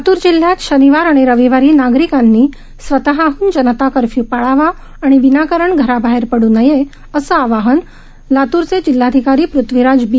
लातूर जिल्ह्यात शनिवार आणि रविवारी नागरिकांनी स्वतःहन जनता कर्फ्य पाळावा आणि विनाकारण घराबाहेर पड्र नये असं आवाहन जिल्हाधिकारी पृथ्वीराज बी